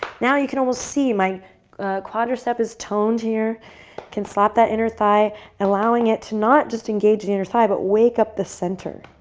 now you can almost see my quadriceps is toned here. you can slap that inner thigh allowing it to not just engage the inner thigh, but wake up the center.